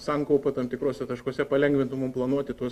sankaupa tam tikruose taškuose palengvintų mum planuoti tuos